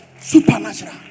Supernatural